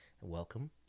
Welcome